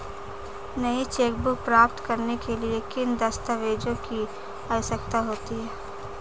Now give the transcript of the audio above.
नई चेकबुक प्राप्त करने के लिए किन दस्तावेज़ों की आवश्यकता होती है?